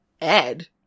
ed